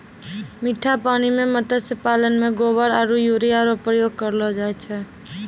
मीठा पानी मे मत्स्य पालन मे गोबर आरु यूरिया रो प्रयोग करलो जाय छै